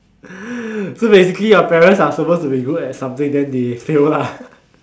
so basically your parents are supposed to be good at something then they fail lah